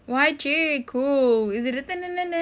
white chicks cool is the